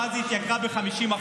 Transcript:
מאז היא התייקרה ב-50%.